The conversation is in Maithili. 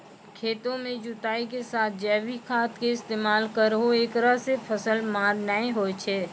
खेतों के जुताई के साथ जैविक खाद के इस्तेमाल करहो ऐकरा से फसल मार नैय होय छै?